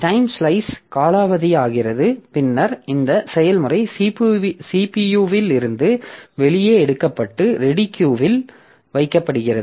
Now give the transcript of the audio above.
time slice காலாவதியாகிறது பின்னர் இந்த செயல்முறை CPU இலிருந்து வெளியே எடுக்கப்பட்டு ரெடி கியூ இல் வைக்கப்படுகிறது